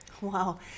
Wow